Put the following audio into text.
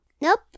Nope